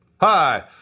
Hi